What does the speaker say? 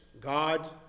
God